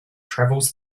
travels